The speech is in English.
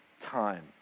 time